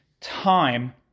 time